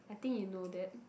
I think you know that